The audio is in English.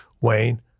Wayne